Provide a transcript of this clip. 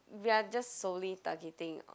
we're just solely targeting on